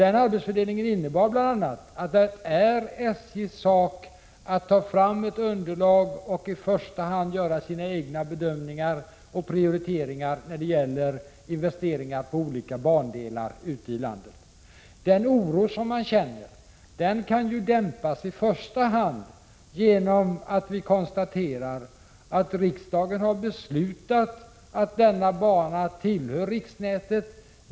Den här arbetsfördelningen innebar bl.a. att det är SJ:s sak att ta fram ett underlag och att i första hand göra sina egna bedömningar och Prioriteringar när det gäller investeringar på olika bandelar ute i landet. Den oro som man känner kan i första hand dämpas genom konstaterandet att riksdagen har beslutat att denna bana tillhör riksnätet.